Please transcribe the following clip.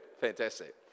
Fantastic